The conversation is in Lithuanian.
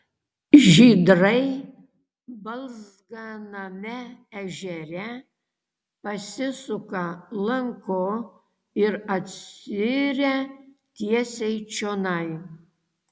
žydrai balzganame ežere pasisuka lanku ir atsiiria tiesiai čionai